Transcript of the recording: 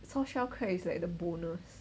soft shell crab is like the bonus